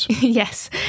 Yes